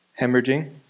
hemorrhaging